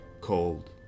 cold